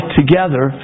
together